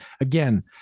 again